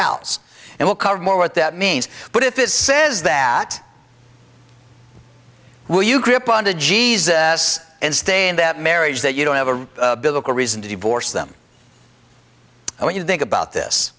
else and we'll cover more what that means but if it says that will you grip on to jesus and stay in that marriage that you don't have a biblical reason to divorce them and when you think about this